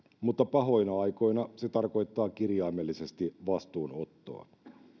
mutta pahoina aikoina se tarkoittaa kirjaimellisesti vastuunottoa